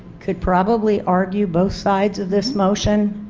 could probably argue both sides of this motion